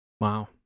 Wow